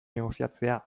negoziatzea